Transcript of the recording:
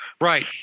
Right